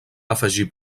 afegir